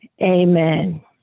Amen